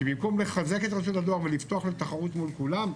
כי במקום לחזק את רשות הדואר ולפתוח לתחרות מול כולם,